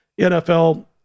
NFL